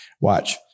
Watch